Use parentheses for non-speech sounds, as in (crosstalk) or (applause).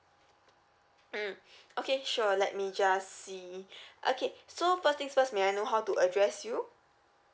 mm (breath) okay sure let me just see (breath) okay so first things first may I know how to address you